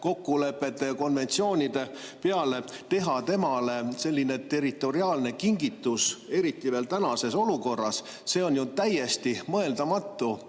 kokkulepete ja konventsioonide peale, selline territoriaalne kingitus, eriti veel tänases olukorras, siis see on ju täiesti mõeldamatu.